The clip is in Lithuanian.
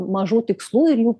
mažų tikslų ir jų